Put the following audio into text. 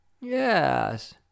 Yes